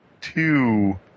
two